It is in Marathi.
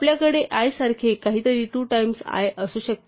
आपल्याकडे i सारखे काहीतरी टू टाईम्स i असू शकते